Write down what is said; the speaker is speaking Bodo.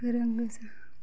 गोरों गोजा